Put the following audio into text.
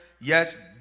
yes